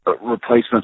replacement